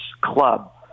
club